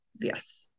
yes